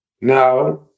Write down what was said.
Now